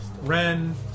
Ren